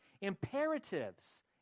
imperatives